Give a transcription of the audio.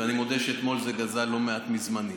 ואני מודה שאתמול זה גזל לא מעט מזמני.